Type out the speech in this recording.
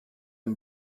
and